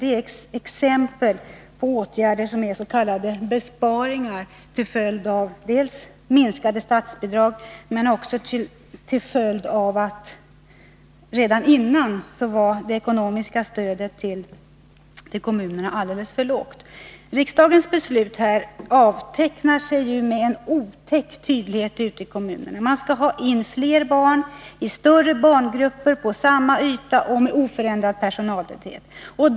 Detta är exempel på s.k. besparingar dels genom en minskning av statsbidragen, dels till följd av ett redan tidigare alldeles för lågt ekonomiskt stöd till kommunerna. Riksdagens beslut avtecknar sig ju med otäck tydlighet ute i kommunerna: man skall ha större barngrupper på samma yta och med oförändrad personaltäthet.